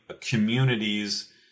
communities